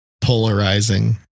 polarizing